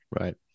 Right